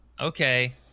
Okay